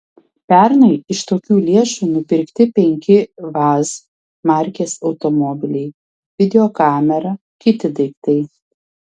pernai iš tokių lėšų nupirkti penki vaz markės automobiliai videokamera kiti daiktai